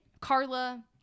Carla